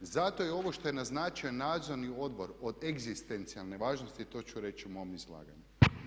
Zato je ovo što je naznačio nadzorni odbor od egzistencijalne važnosti i to ću reći u mom izlaganju.